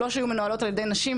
שלוש היו מנוהלות על ידי נשים.